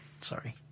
Sorry